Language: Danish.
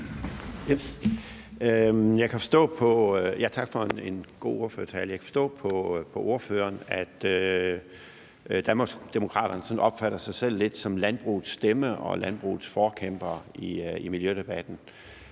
Jeg kan forstå på ordføreren, at Danmarksdemokraterne sådan lidt opfatter sig selv som landbrugets stemme og landbrugets forkæmpere i miljødebatten.